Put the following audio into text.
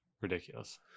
Ridiculous